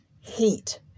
heat